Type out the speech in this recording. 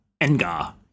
Engar